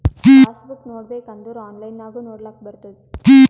pass book ನೋಡ್ಬೇಕ್ ಅಂದುರ್ online ನಾಗು ನೊಡ್ಲಾಕ್ ಬರ್ತುದ್